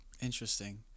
Interesting